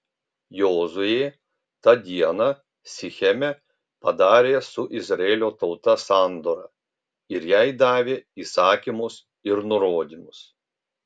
jozuė tą dieną sicheme padarė su izraelio tauta sandorą ir jai davė įsakymus ir nurodymus